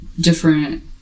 different